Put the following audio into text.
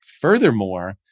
furthermore